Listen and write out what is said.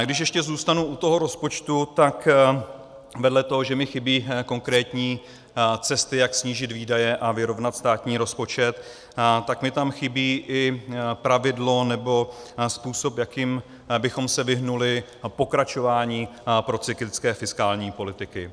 Když ještě zůstanu u rozpočtu, tak vedle toho, že mi chybí konkrétní cesty, jak snížit výdaje a vyrovnat státní rozpočet, tak mi tam chybí i pravidlo nebo způsob, jakým bychom se vyhnuli pokračování procyklické fiskální politiky.